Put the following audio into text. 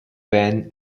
band